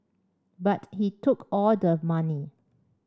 but he took all the money